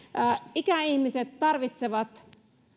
ikäihmiset tarvitsevat